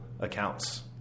Accounts